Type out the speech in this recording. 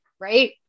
right